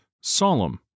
solemn